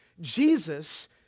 Jesus